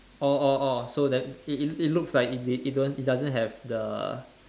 orh orh orh so then it it it looks like it don't it doesn't have the